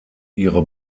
ihre